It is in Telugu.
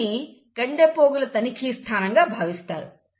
దీనిని కండె పోగుల తనిఖీ స్థానంగా భావిస్తారు